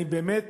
אני באמת